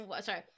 sorry